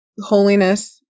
holiness